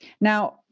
Now